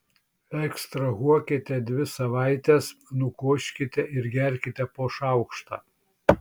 ekstrahuokite dvi savaites nukoškite ir gerkite po šaukštą